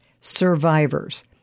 survivors